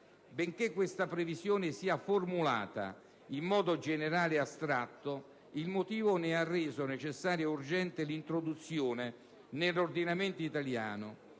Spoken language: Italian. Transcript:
Benché questa previsione sia formulata in modo generale e astratto, il motivo che ne ha reso necessaria e urgente l'introduzione nell'ordinamento italiano